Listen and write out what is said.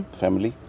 family